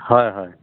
হয় হয়